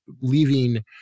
leaving